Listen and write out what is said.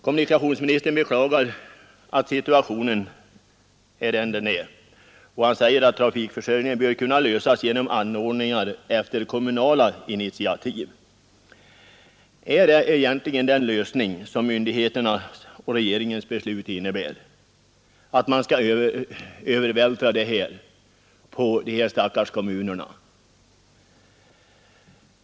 Kommunikationsministern beklagar att situationen är sådan den är, och han säger att problemen med trafikförsörjningen bör kunna lösas genom anordningar efter kommunala initiativ. Innebär egentligen myn digheternas och regeringens beslut den lösningen att man skall övervältra kostnaderna på de stackars kommunerna?